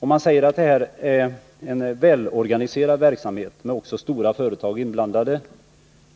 Man säger att det är en välorganiserad verksamhet med också stora företag inblandade.